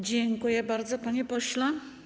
Dziękuję bardzo, panie pośle.